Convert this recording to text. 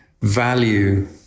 value